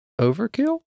overkill